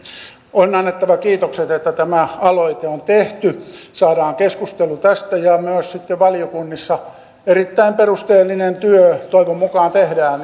on annettava kiitokset että tämä aloite on tehty saadaan keskustelu tästä ja myös sitten valiokunnissa erittäin perusteellinen työ toivon mukaan tehdään